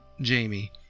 jamie